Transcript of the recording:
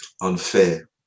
unfair